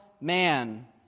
man